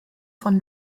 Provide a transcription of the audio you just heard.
von